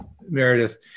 Meredith